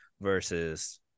versus